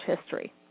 history